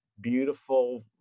beautiful